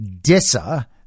DISA